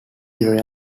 very